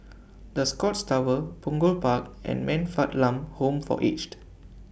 The Scotts Tower Punggol Park and Man Fatt Lam Home For Aged